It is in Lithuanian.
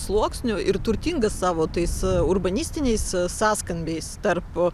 sluoksnių ir turtingas savo tais urbanistiniais sąskambiais tarp